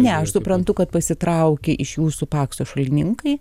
ne aš suprantu kad pasitraukė iš jūsų pakso šalininkai